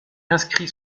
inscrit